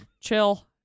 Chill